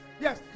Yes